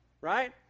right